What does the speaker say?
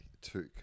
Took